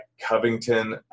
Covington